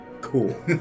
cool